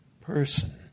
person